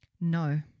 No